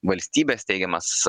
valstybės teikiamas